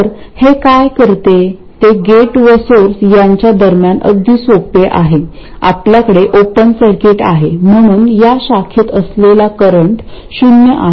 तर हे काय करते ते गेट व सोर्स यांच्या दरम्यान अगदी सोपे आहे आपल्याकडे ओपन सर्किट आहे म्हणून या शाखेत असलेला करंट शून्य आहे